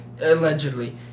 Allegedly